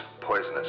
Poisonous